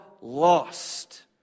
lost